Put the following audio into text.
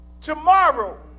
tomorrow